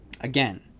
again